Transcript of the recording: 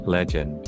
Legend